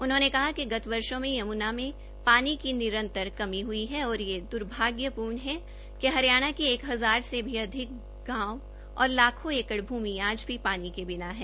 उन्होंने कहा कि गत वर्षों में यमूना में पानी की निरंतर कमी हई है और यह द्र्भाग्यपूर्ण है कि हरियाणा के एक हजार से भी अधिक गांव और लाखों एकड़ भूमि आज भी पानी के बिना है